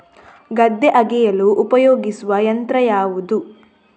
ಗದ್ದೆ ಅಗೆಯಲು ಉಪಯೋಗಿಸುವ ಯಂತ್ರ ಯಾವುದು?